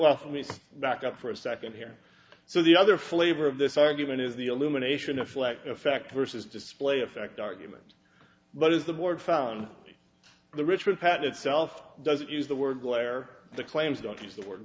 to back up for a second here so the other flavor of this argument is the illumination a flat affect vs display effect argument but as the board found the richard patton itself doesn't use the word glare the claims don't use the word